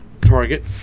target